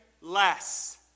less